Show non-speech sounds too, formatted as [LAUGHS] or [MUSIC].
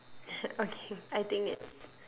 [LAUGHS] okay I think it's